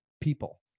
people